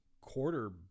quarter